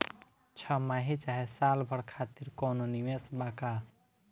छमाही चाहे साल भर खातिर कौनों निवेश बा का?